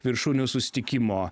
viršūnių susitikimo